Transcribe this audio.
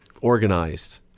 Organized